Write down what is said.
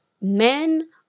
men